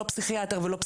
לא פסיכיאטר ולא פסיכולוג,